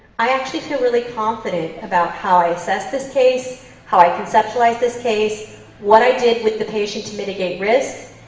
i actually feel really confident about how i assess this case, about how i conceptualize this case, what i did with the patient to mitigate risk,